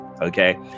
okay